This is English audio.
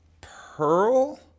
pearl